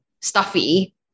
stuffy